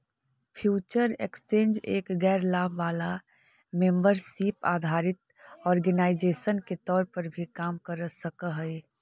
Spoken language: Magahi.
फ्यूचर एक्सचेंज एक गैर लाभ वाला मेंबरशिप आधारित ऑर्गेनाइजेशन के तौर पर भी काम कर सकऽ हइ